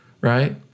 Right